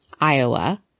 Iowa